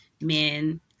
men